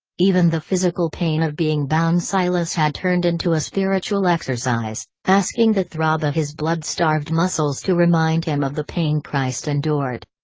even the physical pain of being bound silas had turned into a spiritual exercise, asking the throb of his blood-starved muscles to remind him of the pain christ endured.